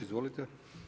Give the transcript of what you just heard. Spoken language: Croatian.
Izvolite.